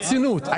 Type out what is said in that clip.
אני שואל ברצינות.